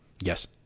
yes